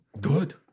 Good